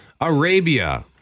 Arabia